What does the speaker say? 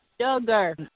Sugar